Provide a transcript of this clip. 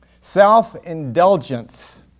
Self-indulgence